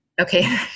Okay